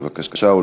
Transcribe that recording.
בבקשה.